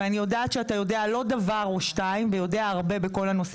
ואני יודעת שאתה יודע לא דבר או שניים ויודע הרבה בכל הנושא